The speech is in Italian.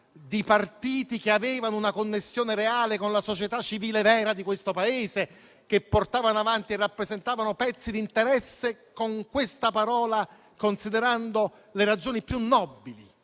di partiti che avevano una connessione reale con la società civile vera di questo Paese, che portavano avanti e rappresentavano pezzi di interesse, con questa parola considerando le ragioni più nobili.